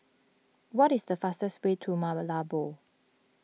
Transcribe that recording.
what is the fastest way to Malabo